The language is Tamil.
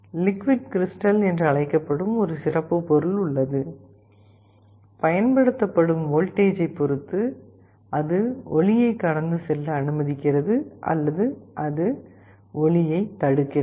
லிக்விட் கிரிஸ்டல் என்று அழைக்கப்படும் ஒரு சிறப்பு பொருள் உள்ளது பயன்படுத்தப்படும் வோல்டேஜைப் பொறுத்து அது ஒளியைக் கடந்து செல்ல அனுமதிக்கிறது அல்லது அது ஒளியைத் தடுக்கிறது